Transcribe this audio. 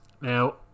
Now